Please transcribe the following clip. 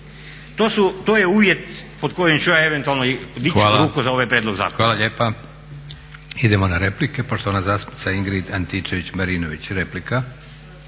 To je uvjet pod kojim ću ja eventualno dići ruku za ovaj prijedlog zakona. **Leko, Josip (SDP)** Hvala lijepa. Idemo na replike. Poštovana zastupnica Ingrid Antičević-Marinović, replika.